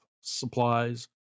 supplies